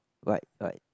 right right